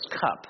cup